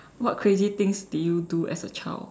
what crazy things did you do as a child